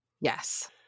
Yes